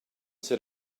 said